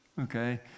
okay